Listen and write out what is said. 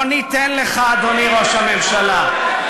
לא ניתן לך, אדוני ראש הממשלה,